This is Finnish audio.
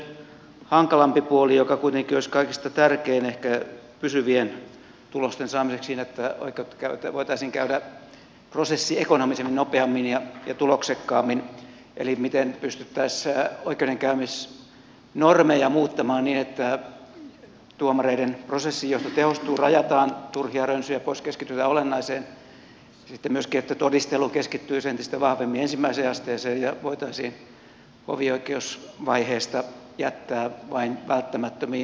mutta sitten on se hankalampi puoli joka kuitenkin olisi ehkä kaikista tärkein pysyvien tulosten saamiseksi siinä että oikeutta voitaisiin käydä prosessiekonomisemmin nopeammin ja tuloksekkaammin eli miten pystyttäisiin oikeudenkäymisnormeja muuttamaan niin että tuomareiden prosessinjohto tehostuu rajataan turhia rönsyjä pois keskitytään olennaiseen ja sitten myöskin todistelu keskittyisi entistä vahvemmin ensimmäiseen asteeseen ja se voitaisiin hovioikeusvaiheesta jättää vain välttämättömiin täydennystarpeisiin